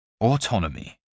Autonomy